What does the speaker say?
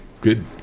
good